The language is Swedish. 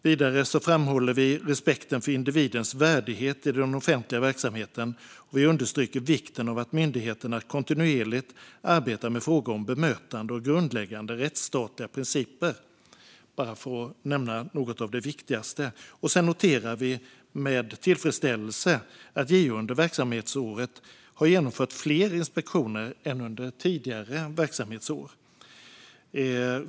Vidare framhåller vi respekten för individens värdighet i den offentliga verksamheten och understryker vikten av att myndigheterna kontinuerligt arbetar med frågor om bemötande och grundläggande rättsstatliga principer, bara för att nämna något av det viktigaste. Sedan noterar vi med tillfredsställelse att JO under verksamhetsåret har genomfört fler inspektioner än under tidigare verksamhetsår.